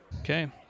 okay